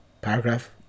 Paragraph